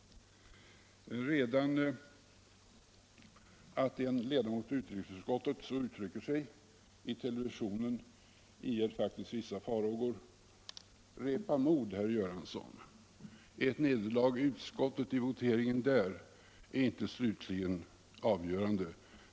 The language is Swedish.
Redan att en ledamot av utrikesutskottet uttrycker sig på detta sätt i TV inger faktiskt vissa farhågor. Repa mod, herr Göransson! Ett nederlag i utskottet i voteringen där är inte slutligen avgörande.